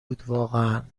بودواقعا